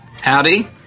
Howdy